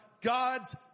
God's